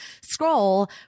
scroll